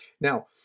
Now